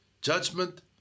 judgment